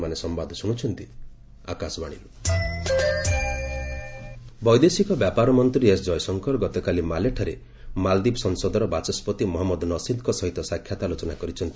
ମାଲଦୀପ୍ ଜୟଶଙ୍କର ବୈଦେଶିକ ବ୍ୟାପାର ମନ୍ତ୍ରୀ ଏସ୍ଜୟଶଙ୍କର ଗତକାଲି ମାଲେଠାରେ ମାଲଦୀପ ସଂସଦର ବାଚସ୍କତି ମହମ୍ମଦ ନସିଦ୍ଙ୍କ ସହିତ ସାକ୍ଷାତ ଆଲୋଚନା କରିଛନ୍ତି